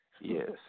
Yes